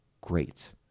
Great